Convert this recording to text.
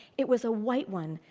it was a white one.